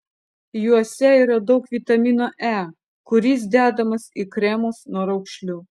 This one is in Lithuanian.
juose yra daug vitamino e kuris dedamas į kremus nuo raukšlių